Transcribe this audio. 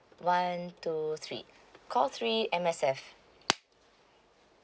one two three call three M_S_F